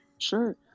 Sure